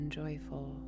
joyful